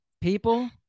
people